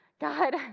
God